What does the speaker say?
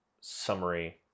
summary